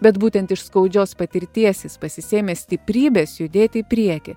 bet būtent iš skaudžios patirties jis pasisėmė stiprybės judėti į priekį